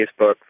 Facebook